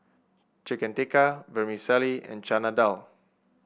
Chicken Tikka Vermicelli and Chana Dal